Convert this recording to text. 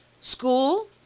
school